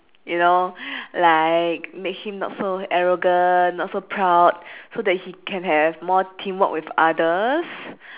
you know like make him not so arrogant not so proud so that he can have more teamwork with others